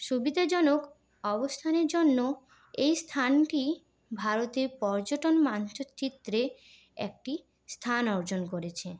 সুবিধাজনক অবস্থানের জন্য এই স্থানটি ভারতে পর্যটন মাঞ্চচিত্রে একটি স্থান অর্জন করেছে